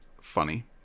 funny